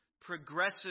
progressive